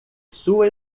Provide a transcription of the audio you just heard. sua